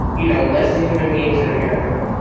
you know, less than human beings in america,